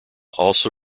also